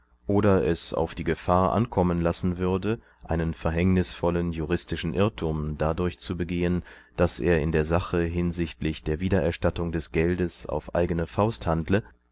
oder es auf die gefahr ankommen lassen würde einen verhängnisvollen juristischen irrtum dadurch zu begehen daß er in der sache hinsichtlich der wiedererstattung des geldes auf eigene faust handle